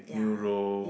neuro